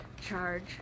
charge